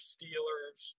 Steelers